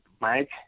Mike